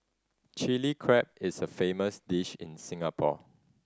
Chilli Crab is a famous dish in Singapore